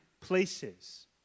places